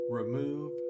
remove